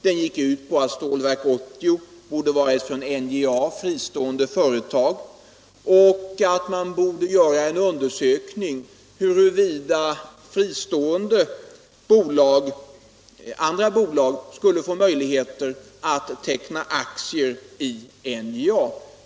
Den gick ut på att Stålverk 80 borde vara ett från NJA fristående företag och att man borde göra en undersökning av huruvida fristående andra bolag skulle få möjligheter att teckna aktier i NJA.